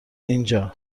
اینجا